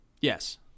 yes